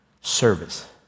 service